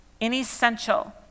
inessential